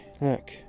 look